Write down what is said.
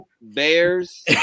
Bears